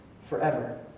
forever